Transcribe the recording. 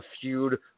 feud